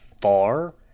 far